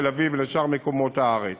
תל-אביב לשאר מקומות הארץ.